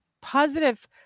positive